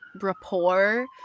rapport